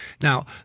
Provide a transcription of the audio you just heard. Now